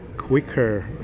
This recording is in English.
quicker